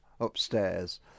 upstairs